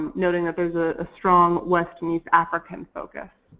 noting that there's a ah strong west and east african focus.